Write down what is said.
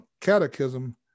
catechism